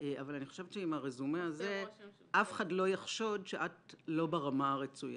אבל אני חושבת שעם הרזומה הזה אף אחד לא יחשוד שאת לא ברמה הרצויה.